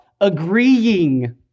agreeing